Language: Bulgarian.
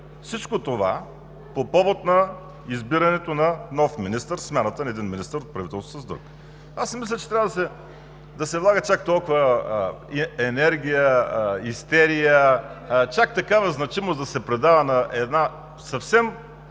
всичко това – по повод на избирането на нов министър, смяната на един министър от правителството с друг. Аз си мисля, че не трябва да се влага чак толкова енергия, истерия, чак такава значимост да се придава на една съвсем